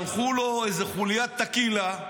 שלחו לו איזה חוליית טקילה,